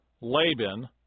Laban